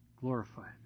glorified